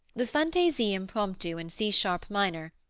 the fantaisie-impromptu in c sharp minor,